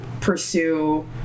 pursue